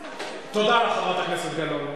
תודה לך, חברת הכנסת גלאון.